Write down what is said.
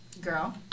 Girl